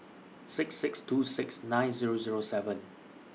six six two six nine Zero Zero seven